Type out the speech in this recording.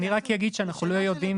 אני רק אגיד שאנחנו לא יודעים,